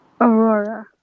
Aurora